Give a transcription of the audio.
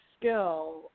skill